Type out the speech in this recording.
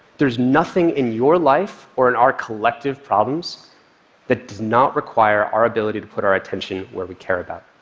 there's nothing in your life or in our collective problems that does not require our ability to put our attention where we care about.